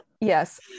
Yes